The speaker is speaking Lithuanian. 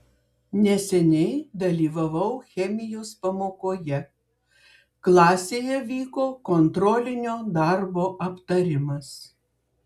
neseniai dalyvavau chemijos pamokoje klasėje vyko kontrolinio darbo aptarimas